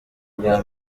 bwa